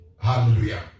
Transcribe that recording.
Hallelujah